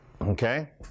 Okay